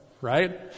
right